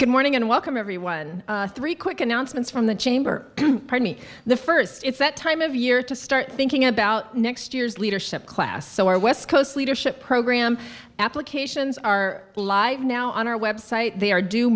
good morning and welcome everyone three quick announcements from the chamber me the first it's that time of year to start thinking about next year's leadership class so our west coast leadership program applications are live now on our website they are d